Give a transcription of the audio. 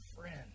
friend